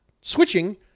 switching